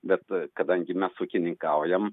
bet kadangi mes ūkininkaujam